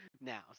now